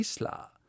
Isla